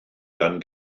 gan